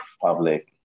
public